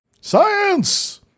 Science